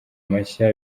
mashya